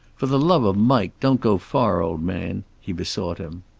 for the love of mike, don't go far, old man, he besought him.